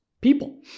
people